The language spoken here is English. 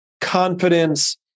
confidence